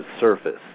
surface